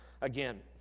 again